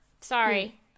Sorry